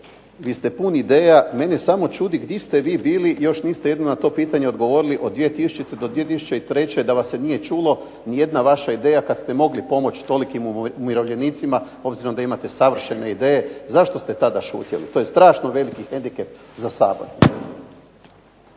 vi ste pun ideja. Mene samo čudi di ste vi bili, još niste jedino na to pitanje odgovorili, od 2000. do 2003. da vas se nije čulo, nijedna vaša ideja kad ste mogli pomoći tolikim umirovljenicima, obzirom da imate savršene ideje. Zašto ste tada šutjeli, to je strašno veliki hendikep za Sabor.